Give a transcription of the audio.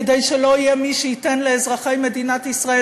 כדי שלא יהיה מי שייתן לאזרחי מדינת ישראל